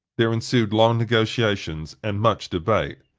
there ensued long negotiations and much debate.